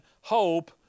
hope